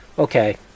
Okay